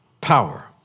power